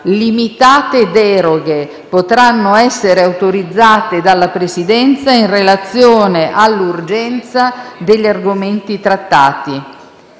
Limitate deroghe potranno essere autorizzate dalla Presidenza in relazione all'urgenza degli argomenti trattati.